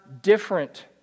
different